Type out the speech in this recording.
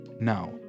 Now